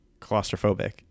claustrophobic